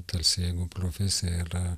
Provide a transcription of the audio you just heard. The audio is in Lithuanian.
tarsi jeigu profesija yra